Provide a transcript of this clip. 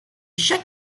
chaque